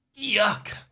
Yuck